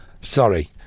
sorry